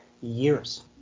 years